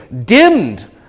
dimmed